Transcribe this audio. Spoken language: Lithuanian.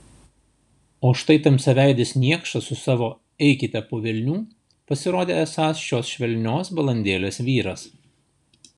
o štai tamsiaveidis niekšas su savo eikite po velnių pasirodė esąs šios švelnios balandėlės vyras